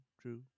true